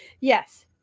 Yes